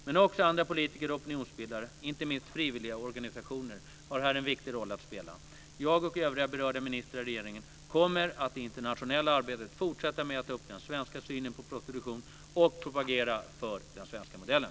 Men också andra politiker och opinionsbildare, inte minst frivilligorganisationer, har här en viktig roll att spela. Jag och övriga berörda ministrar i regeringen kommer att i det internationella arbetet fortsätta med att ta upp den svenska synen på prostitution och propagera för den svenska modellen.